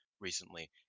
recently